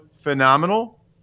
phenomenal